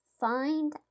find